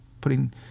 putting